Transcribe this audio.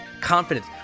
confidence